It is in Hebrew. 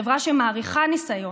חברה שמעריכה ניסיון,